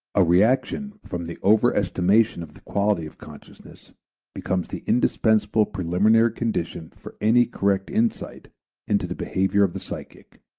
a reaction from the over-estimation of the quality of consciousness becomes the indispensable preliminary condition for any correct insight into the behavior of the psychic.